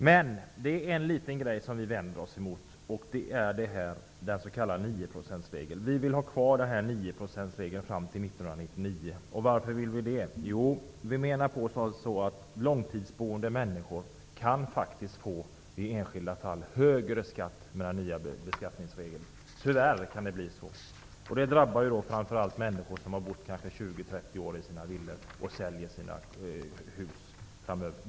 Dock är det en liten sak som vi vänder oss emot. Vi vill ha kvar 9-procentsregeln fram till 1999. Vi menar att långtidsboende människor i enskilda fall tyvärr kan få högre skatt med de nya beskattningsreglerna. Detta drabbar framför allt människor som bott 20--30 år i sina villor när de säljer dem.